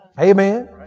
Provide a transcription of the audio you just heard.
Amen